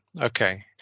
Okay